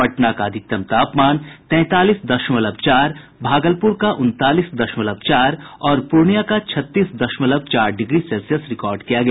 पटना का अधिकतम तापमान तैंतालीस दशमलव चार भागलपुर का उनतालीस दशमलव चार और पूर्णिया का छत्तीस दशमलव चार डिग्री सेल्सियस रिकार्ड किया गया